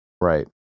Right